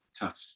tough